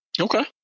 Okay